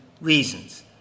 reasons